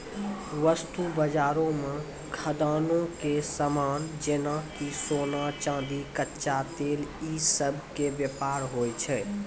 वस्तु बजारो मे खदानो के समान जेना कि सोना, चांदी, कच्चा तेल इ सभ के व्यापार होय छै